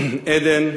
עדן,